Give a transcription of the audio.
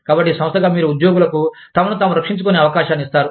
కాబట్టి సంస్థగా మీరు ఉద్యోగులకు తమను తాము రక్షించుకునే అవకాశాన్ని ఇస్తారు